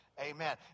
Amen